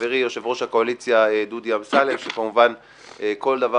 חברי יושב ראש הקואליציה דודי אמסלם שכמובן כל דבר